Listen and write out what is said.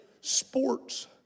sports